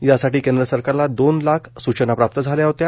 यासाठी केंद्र सरकारला दोन लाख स्चना प्राप्त झाल्या होत्या